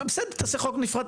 בסדר תעשה חוק נפרד,